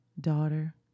Daughter